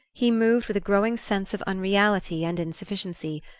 he moved with a growing sense of unreality and insufficiency,